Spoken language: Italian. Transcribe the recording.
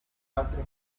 altri